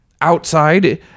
outside